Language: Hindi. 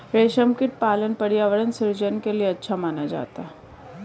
रेशमकीट पालन पर्यावरण सृजन के लिए अच्छा माना जाता है